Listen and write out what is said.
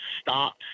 stop